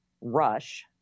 rush